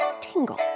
tingle